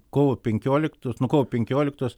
kovo penkioliktos nuo kovo penkioliktos